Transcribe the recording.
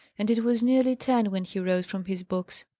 and it was nearly ten when he rose from his books.